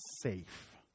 safe